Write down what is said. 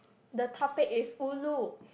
the topic is ulu